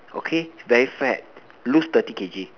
okay very fat lose thirty K_G